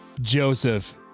Joseph